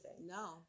No